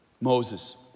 Moses